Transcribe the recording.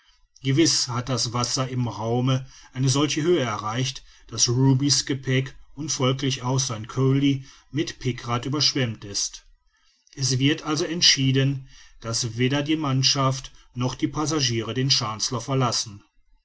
gewiß hat das wasser im raume eine solche höhe erreicht daß ruby's gepäck und folglich auch sein colli mit pikrat überschwemmt ist es wird also entschieden daß weder die mannschaften noch die passagiere den chancellor verlassen